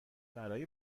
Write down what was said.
برای